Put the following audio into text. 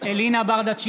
אלינה ברדץ'